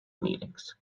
meetings